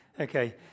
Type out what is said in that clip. Okay